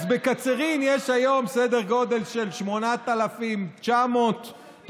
אז בקצרין יש היום סדר גודל של 8,900 תושבים.